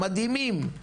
מדהימים.